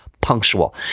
punctual